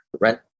Rent